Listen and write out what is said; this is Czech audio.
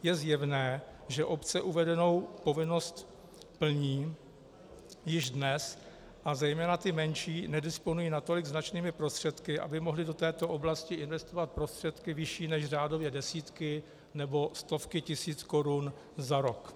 Je zjevné, že obce uvedenou povinnost plní již dnes, a zejména ty menší nedisponují natolik značnými prostředky, aby mohly do této oblasti investovat prostředky vyšší než řádově desítky nebo stovky tisíc korun za rok.